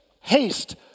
haste